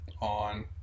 on